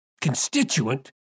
constituent